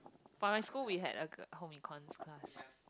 but my school we had a home econs class